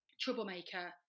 troublemaker